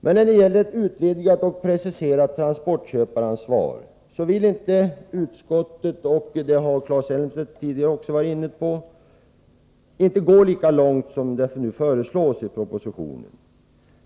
Men när det gäller ett utvidgat och preciserat transportköparansvar vill inte utskottet — och det har Claes Elmstedt tidigare varit inne på — gå lika långt som det föreslås i propositionen.